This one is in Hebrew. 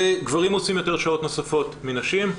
וגברים עושים יותר שעות נוספות מנשים,